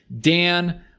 Dan